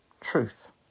truth